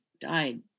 died